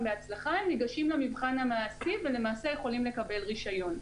בהצלחה הם ניגשים למבחן המעשי ויכולים לקבל רישיון.